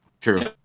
True